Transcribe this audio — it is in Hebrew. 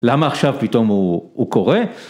למה עכשיו פתאום הוא קורא?